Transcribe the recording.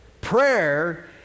Prayer